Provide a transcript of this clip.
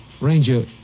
Ranger